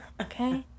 okay